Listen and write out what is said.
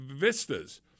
vistas